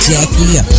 Jackie